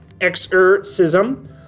Exorcism